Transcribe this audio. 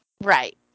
Right